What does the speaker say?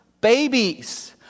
babies